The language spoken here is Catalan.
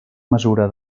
mesura